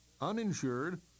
uninsured